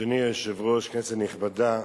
אדוני היושב-ראש, כנסת נכבדה,